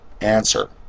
Answer